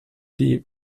die